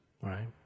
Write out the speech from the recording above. right